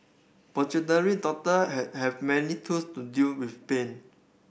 doctor have many tools to deal with pain